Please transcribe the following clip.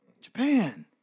Japan